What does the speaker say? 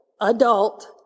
adult